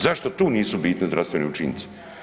Zašto tu nisu bitni zdravstveni učinci?